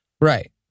Right